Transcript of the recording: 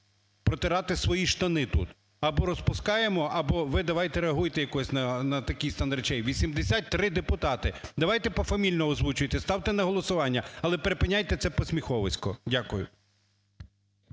протирати свої штани тут. Або розпускаємо, або ви давайте реагуйте якось на такий стан речей. 83 депутати! Давайте пофамільно озвучуйте, ставте на голосування, але припиняйте це посміховисько. Дякую.